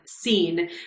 scene